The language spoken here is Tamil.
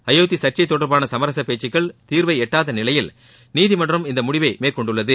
அயோத்தி சு்ச்சை தொடர்பான சமரச பேச்சுகள் தீர்வை எட்டாத நிலையில் நீதிமன்றம் இந்த முடிவை மேற்கொண்டுள்ளது